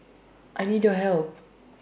I need your help